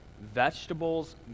vegetables